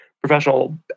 professional